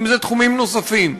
אם זה תחומים נוספים.